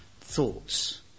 thoughts